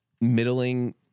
middling